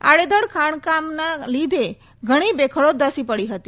આડેધડ ખાજ઼કામના લીધે ઘજ઼ી ભેખડો ધસી પડી છે